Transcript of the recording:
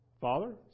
Father